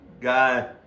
guy